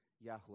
Yahweh